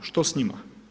Što s njima?